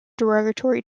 derogatory